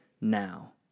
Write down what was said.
now